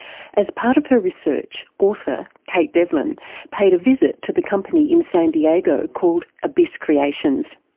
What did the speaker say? as part of her research, author kate devlin paid a visit to the company in san diego called abyss creations.